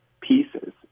pieces